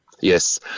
Yes